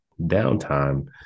downtime